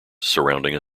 surrounding